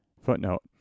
Footnote